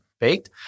baked